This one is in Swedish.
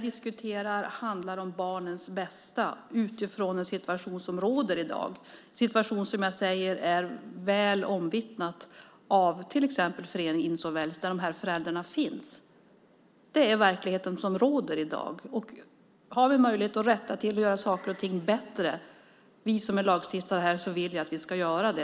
diskuterar är barnens bästa utifrån den situation som råder i dag, en situation som är väl omvittnad av till exempel föreningen Insolvens, där de här föräldrarna finns. Det är verkligheten som råder i dag, och har vi möjlighet, vi som är lagstiftare här i riksdagen, att rätta till och göra saker och ting bättre vill jag att vi ska göra det.